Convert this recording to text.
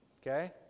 Okay